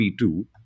P2